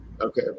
Okay